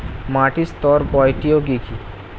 মাটির স্তর কয়টি ও কি কি?